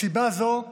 מסיבה זו בחנו,